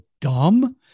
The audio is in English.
dumb